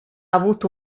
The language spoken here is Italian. avuto